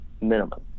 minimum